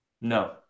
No